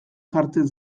jartzen